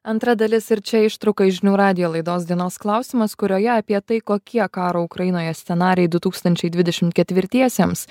antra dalis ir čia ištrauka iš žinių radijo laidos dienos klausimas kurioje apie tai kokie karo ukrainoje scenarijai du tūkstančiai dvidešimt ketvirtiesiems